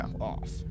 off